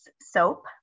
soap